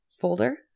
folder